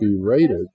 berated